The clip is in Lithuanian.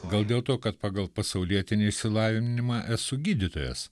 gal dėl to kad pagal pasaulietinį išsilavinimą esu gydytojas